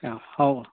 ꯑ ꯍꯥꯎ